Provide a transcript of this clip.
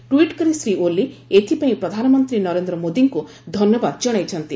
tweet କରି ଶ୍ରୀ ଓଲି ଏଥିପାଇଁ ପ୍ରଧାନମନ୍ତ୍ରୀ ନରେନ୍ଦ୍ର ମୋଦୀଙ୍କୁ ଧନ୍ୟବାଦ ଜଣାଇଛନ୍ତି